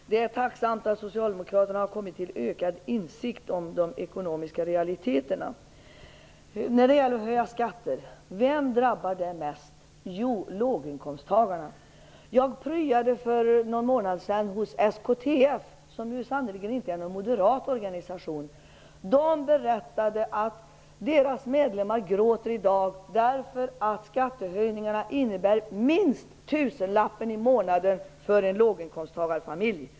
Fru talman! Det är tacksamt att socialdemokraterna har kommit till ökad insikt om de ekonomiska realiteterna. Vem drabbar höjda skatter mest? Jo, låginkomsttagarna. Jag pryade för någon månad sedan hos SKTF, som sannerligen inte är någon moderat organisation. De berättade att deras medlemmar i dag gråter därför att skattehöjningarna innebär minst tusenlappen mindre i månaden för en låginkomsttagarfamilj.